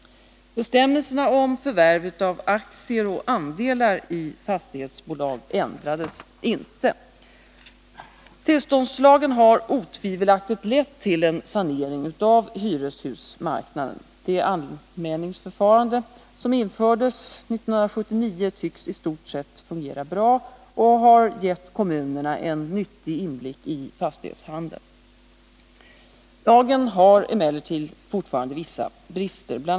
Bestämmelserna om förvärv av aktier och andelar i fastighetsbolag ändrades inte. Tillståndslagen har otvivelaktigt lett till en sanering av hyreshusmarknaden. Det anmälningsförfarande som infördes år 1979 tycks i stort sett fungera bra och har gett kommunerna en nyttig inblick i fastighetshandeln. Lagen har ” emellertid fortfarande vissa brister. Bl.